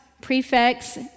prefects